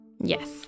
Yes